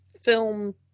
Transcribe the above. film